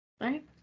right